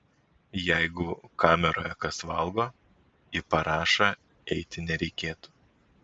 jeigu kameroje kas valgo į parašą eiti nereikėtų